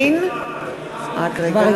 אלה.